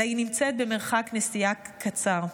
אלא היא נמצאת במרחק נסיעה קצר".